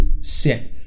sit